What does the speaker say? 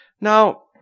Now